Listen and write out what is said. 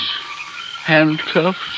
Handcuffs